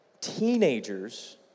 teenagers